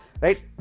right